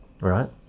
right